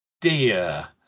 dear